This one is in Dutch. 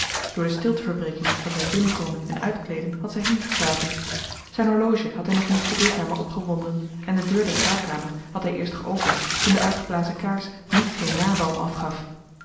door de stilteverbreking van zijn binnenkomen en uitkleeden had zij heengeslapen zijn horloge had hij nog in de studeerkamer opgewonden en de deur der slaapkamer had hij eerst geopend toen de uitgeblazen kaars niets geen nawalm af gaf